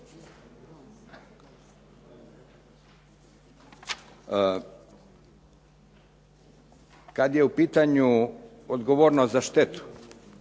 Kada je u pitanju odgovornost za štetu,